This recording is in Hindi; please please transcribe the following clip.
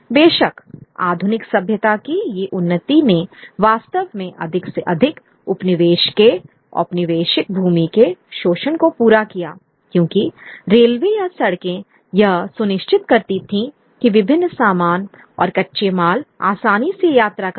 बेशक आधुनिक सभ्यता की ये उन्नति ने वास्तव में अधिक से अधिक उपनिवेश केऔपनिवेशिक भूमि के शोषण को पूरा किया क्योंकि रेलवे या सड़कें यह सुनिश्चित करती थीं कि विभिन्न सामान और कच्चे माल आसानी से यात्रा करें